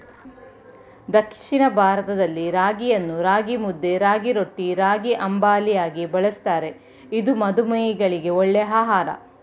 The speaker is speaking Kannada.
ದಕ್ಷಿಣ ಭಾರತದಲ್ಲಿ ರಾಗಿಯನ್ನು ರಾಗಿಮುದ್ದೆ, ರಾಗಿರೊಟ್ಟಿ, ರಾಗಿಅಂಬಲಿಯಾಗಿ ಬಳ್ಸತ್ತರೆ ಇದು ಮಧುಮೇಹಿಗಳಿಗೆ ಒಳ್ಳೆ ಆಹಾರ